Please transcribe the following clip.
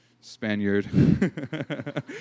Spaniard